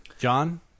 John